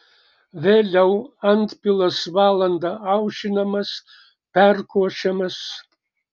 vėliau antpilas valandą aušinamas perkošiamas